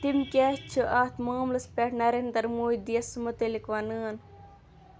تِم کیاہ چھِ اتھ معاملس پٮ۪ٹھ نرِندر مودی یس مُتعلق ونان ؟